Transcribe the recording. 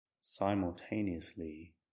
simultaneously